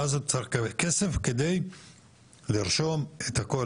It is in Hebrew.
ואז צריך לקבל כסף כדי לרשום את הכול